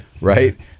Right